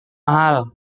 mahal